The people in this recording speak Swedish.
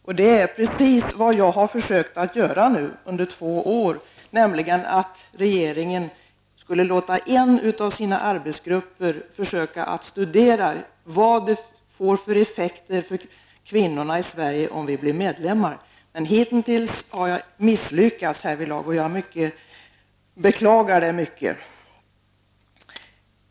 Och det är precis vad jag har försökt göra under två år, nämligen att försöka få regeringen att låta en av sina arbetsgrupper studera vilka effekter det får för kvinnorna i Sverige om Sverige blir medlem i EG. Men hitintills har jag misslyckats härvidlag, och det beklagar jag mycket.